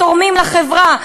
תורמים לחברה,